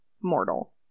mortal